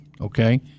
okay